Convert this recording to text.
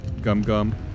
Gum-Gum